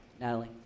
Natalie